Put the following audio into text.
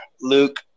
Luke